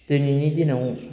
दिनैनि दिनाव